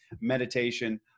meditation